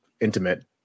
intimate